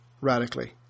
radically